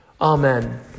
Amen